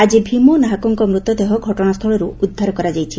ଆଜି ଭୀମ ନାହାକଙ୍ ମୂତଦେହ ଘଟଣାସ୍ସଳରୁ ଉଦ୍ଧାର ହୋଇଛି